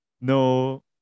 no